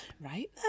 right